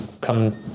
Come